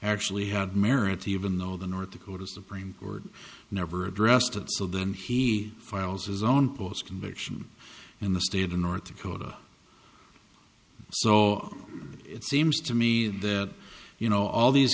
actually had merit even though the north dakota supreme court never addressed it so then he files his own post conviction in the state of north dakota so it seems to me that you know all these